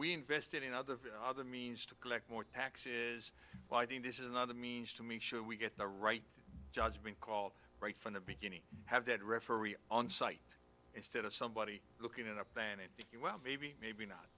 we invested in other other means to collect more taxes is why this is another means to make sure we get the right judgment call right from the beginning have that referee on site instead of somebody looking in a pan and thinking well maybe maybe not